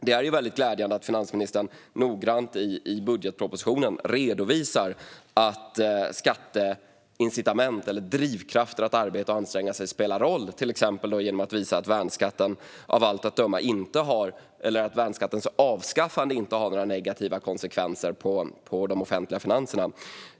Det är väldigt glädjande att finansministern noggrant i budgetpropositionen redovisar att skatteincitament eller drivkrafter att arbeta och anstränga sig spelar roll, till exempel genom att visa att värnskattens avskaffande av allt att döma inte har några negativa konsekvenser på de offentliga finanserna.